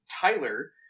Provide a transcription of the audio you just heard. Tyler